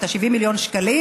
70 מיליון שקלים.